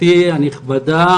גברתי הנכבדה,